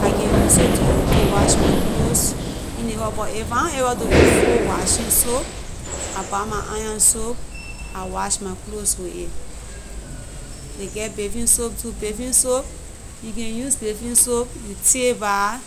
I can use it too to wash my clothes in ley house, but if I nah able to afford washing soap, I buy my iron soap, I watch my clothes with it. Ley gey bathing soap too, bathing soap you can use bathing soap, you take bath